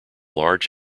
large